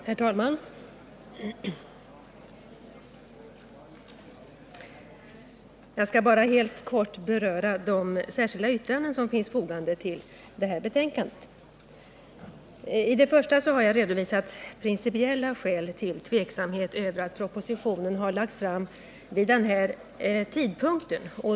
Herr talman! Jag skall bara helt kort beröra de särskilda yttranden som finns fogade till det här betänkandet. I det första har jag redovisat principiella skäl till tveksamhet inför att propositionen har lagts fram vid den här tidpunkten.